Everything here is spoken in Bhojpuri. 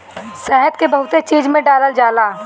शहद के बहुते चीज में डालल जाला